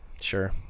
Sure